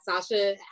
Sasha